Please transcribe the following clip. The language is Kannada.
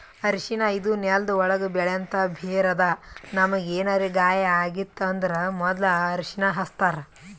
ಅರ್ಷಿಣ ಇದು ನೆಲ್ದ ಒಳ್ಗ್ ಬೆಳೆಂಥ ಬೇರ್ ಅದಾ ನಮ್ಗ್ ಏನರೆ ಗಾಯ ಆಗಿತ್ತ್ ಅಂದ್ರ ಮೊದ್ಲ ಅರ್ಷಿಣ ಹಚ್ತಾರ್